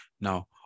Now